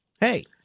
Hey